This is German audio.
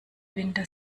winter